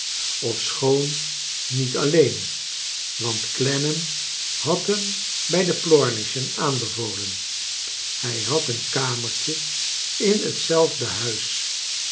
ofschoon niet alleen want clennam had hem bij de plornischen aanbevolen hij had een kamertje in hetzelfde huis